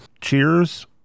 Cheers